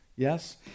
Yes